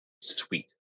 sweet